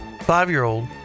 five-year-old